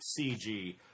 CG